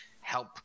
help